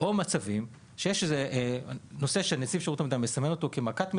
או נושא שנציב שירות המדינה סימל אותו כ-"מכת מדינה",